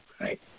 Right